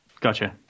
gotcha